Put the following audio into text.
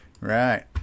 Right